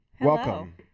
Welcome